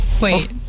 Wait